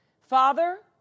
Father